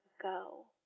go